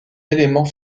élément